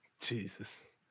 Jesus